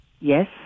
Yes